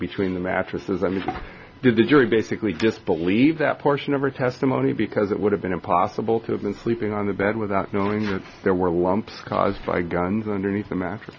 between the mattresses i mean did the jury basically disbelieve that portion of her testimony because it would have been impossible to have been sleeping on the bed without knowing that there were lumps caused by guns underneath the ma